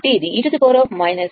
కాబట్టి ఇది e 10 t